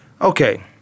Okay